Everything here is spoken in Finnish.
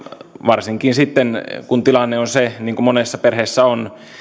varsinkin kun tilanne on se niin kuin monessa perheessä on